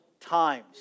times